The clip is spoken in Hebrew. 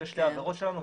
אלה שתי העבירות שלנו,